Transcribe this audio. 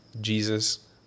Jesus